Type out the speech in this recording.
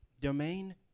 Domain